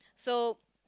so